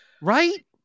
Right